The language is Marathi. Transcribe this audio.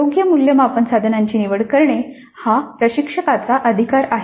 योग्य मूल्यमापन साधनांची निवड करणे हा प्रशिक्षकाचा अधिकार आहे